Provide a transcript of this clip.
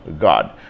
God